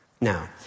Now